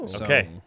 Okay